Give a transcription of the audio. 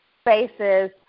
spaces